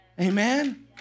Amen